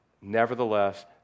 nevertheless